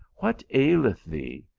what aileth thee?